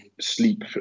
sleep